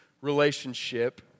relationship